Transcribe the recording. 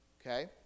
okay